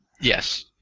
Yes